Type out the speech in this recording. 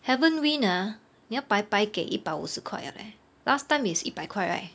haven't win ah 你要白白给一百五十块了 leh last time is 一百块 right